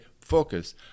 focus